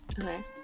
Okay